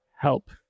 help